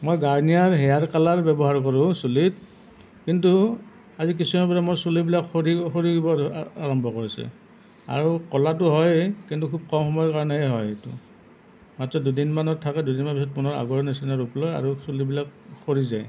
মই Garnier hair colour ব্যৱহাৰ কৰোঁ চুলিত কিন্তু আজি কিছুদিনৰ পৰা মোৰ চুলিবিলাক সৰি সৰিব আ আৰম্ভ কৰিছে আৰু ক'লাটো হয়েই কিন্তু খুব কম সময়ৰ কাৰণেহে হয় এইটো মাত্ৰ দুদিনমানত থাকে দুদিনমানৰ পিছত পুনৰ আগৰ নিচিনা ৰূপ লয় আৰু চুলিবিলাক সৰি যায়